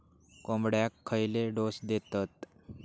कोंबड्यांक खयले डोस दितत?